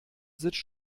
sitzt